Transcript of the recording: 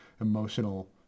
emotional